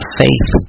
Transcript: faith